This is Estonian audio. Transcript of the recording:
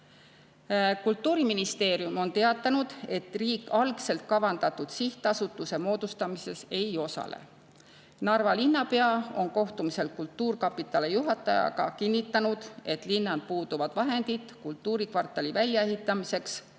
Kultuuriministeerium on teatanud, et riik algselt kavandatud sihtasutuse moodustamises ei osale. Narva linnapea on kohtumisel kultuurkapitali juhatajaga kinnitanud, et linnal puuduvad vahendid kultuurikvartali väljaehitamiseks